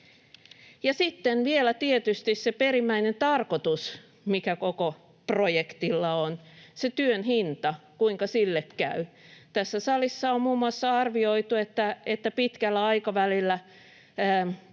sitten vielä tietysti se perimmäinen tarkoitus, mikä koko projektilla on, se työn hinta: kuinka sille käy? Tässä salissa on muun muassa arvioitu, että pitkällä aikavälillä